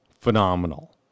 phenomenal